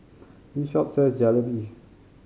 this shop sells Jalebi